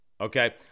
Okay